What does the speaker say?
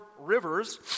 rivers